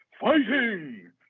fighting